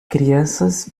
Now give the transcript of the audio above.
crianças